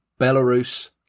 Belarus